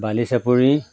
বালি চাপৰি